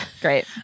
Great